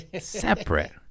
Separate